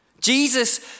Jesus